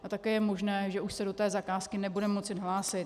A také je možné, že už se do té zakázky nebude moci hlásit.